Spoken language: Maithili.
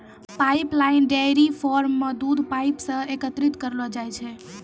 पाइपलाइन डेयरी फार्म म दूध पाइप सें एकत्रित करलो जाय छै